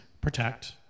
protect